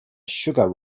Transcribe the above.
sugar